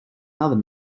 another